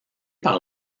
par